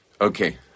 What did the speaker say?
Okay